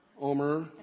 Omer